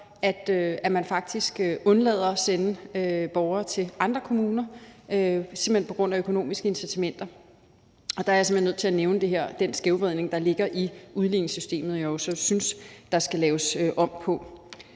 at man faktisk undlader at sende borgere til andre kommuner simpelt hen på grund af økonomiske incitamenter. Der er jeg simpelt hen nødt til at nævne den skævvridning, der ligger i udligningssystemet, og som jeg synes der skal laves om på.